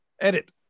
Edit